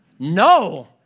No